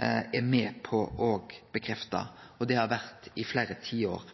er med på å bekrefte, og det har vart i fleire tiår.